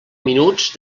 minuts